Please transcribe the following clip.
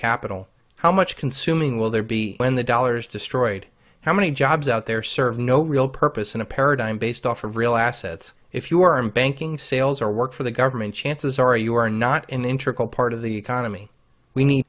capital how much consuming will there be when the dollars destroyed how many jobs out there serve no real purpose in a paradigm based off of real assets if you are in banking sales or work for the government chances are you are not in in trickle part of the economy we need